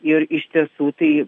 ir iš tiesų tai